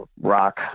rock